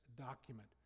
document